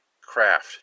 Craft